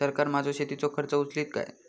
सरकार माझो शेतीचो खर्च उचलीत काय?